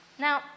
Now